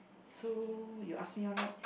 so you ask me now right